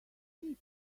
see